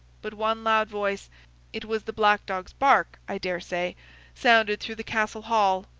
but one loud voice it was the black dog's bark, i dare say sounded through the castle hall,